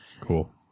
Cool